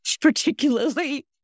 Particularly